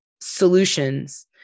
solutions